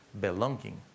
belonging